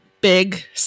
big